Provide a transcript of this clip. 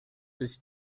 this